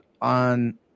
on